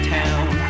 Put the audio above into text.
town